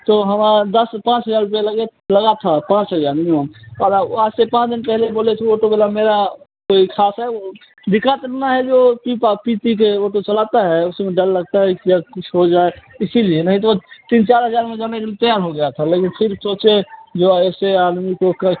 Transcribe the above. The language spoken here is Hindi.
तो हमारा दस पाँच हज़ार रूपये लगे थे लगा था पाँच हज़ार और वहाँ से पाँच दिन पहले बोले थे ऑटो वाला मेरा कोई ख़ास है साथ है वो दिक्कत ना है जो पी पा पी पी के ऑटो चलाता है उसमें डर लगता है कि अग कुछ हो जाए इसी लिए नहीं तो वो तीन चार हज़ार में जाने के लिए तैयार हो गया है लेकिन फिर सोचे से जो ऐसे आदमी को कै